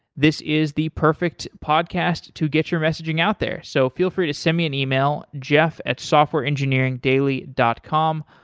this is the perfect podcast to get your messaging out there. so feel free to send me an email, jeff at softwareengineeringdaily dot com.